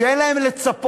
שאין להם לצפות,